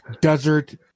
Desert